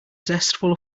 zestful